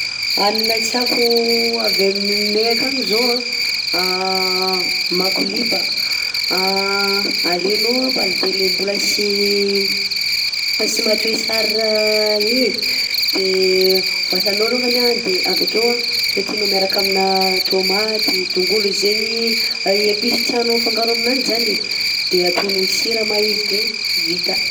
Hanina tiako avy amineh akagny zao a makoliba, alenao ampalibe le mbola tsy tsy matoy sara igny e de voasanao alongany de avekeo saotinao miaraka amina taomaty, tongolo zegny épices tianao afangaro aminanjy zany e, de ataonao sira ma izy de vita.